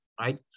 right